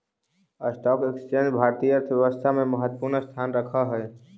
stock exchange भारतीय अर्थव्यवस्था में महत्वपूर्ण स्थान रखऽ हई